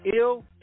ill